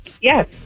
Yes